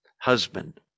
husband